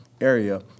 area